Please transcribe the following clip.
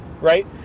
right